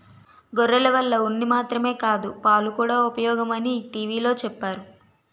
గొర్రెల వల్ల ఉన్ని మాత్రమే కాదు పాలుకూడా ఉపయోగమని టీ.వి లో చెప్పేరు